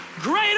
Greater